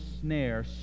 snare